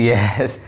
Yes